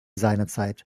seinerzeit